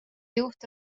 juht